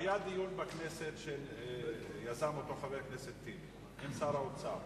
היה בכנסת דיון שיזם חבר הכנסת טיבי עם שר האוצר.